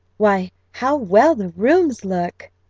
why, how well the rooms look!